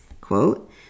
quote